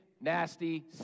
nasty